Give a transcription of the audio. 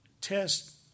test